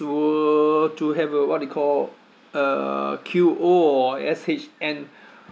to to have a what they call a Q_O or S_H_N